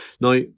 Now